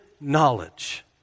knowledge